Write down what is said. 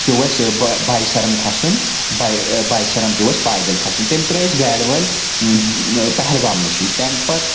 پٮ۪و اسہِ باے سَرن کَھسُن باے باے سَرن پٮ۪و اسہِ پایدٕلۍ کھسُن تٔمۍ ترٛٲے أسۍ گاڑِ وٲلۍ پہلگام نِشی تَمہِ پَتہٕ